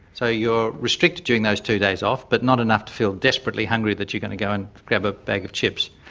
so you are restricted during those two days off, but not enough to feel desperately hungry that you are going to go and grab a bag of chips.